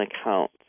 account